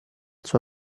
suo